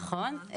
נכון.